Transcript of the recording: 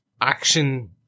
action